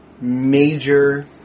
major